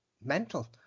mental